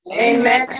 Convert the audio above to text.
Amen